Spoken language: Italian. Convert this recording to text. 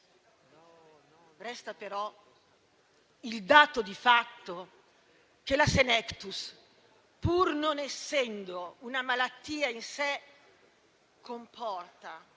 Resta però il dato di fatto che la *senectus*, pur non essendo una malattia in sé, comporta